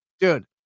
Dude